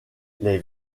les